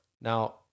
Now